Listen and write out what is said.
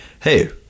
Hey